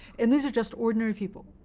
and these are just ordinary people,